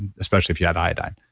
especially if you have iodine.